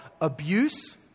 abuse